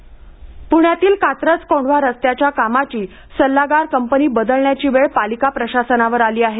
प्ण्यातील कात्रज कोंढवा रस्त्याच्या कामाची सल्लागार कंपनी बदलण्याची वेळ पालिका प्रशासनावर आली आहे